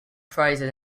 prizes